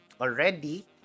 already